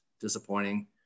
disappointing